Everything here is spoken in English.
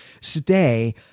stay